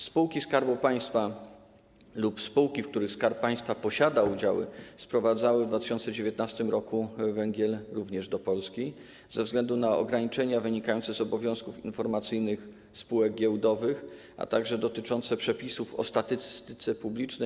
Spółki Skarbu Państwa lub spółki, w których Skarb Państwa posiada udziały, sprowadzały w 2019 r. węgiel również do Polski ze względu na ograniczenia wynikające z obowiązków informacyjnych spółek giełdowych, a także dotyczące przepisów o statystyce publicznej.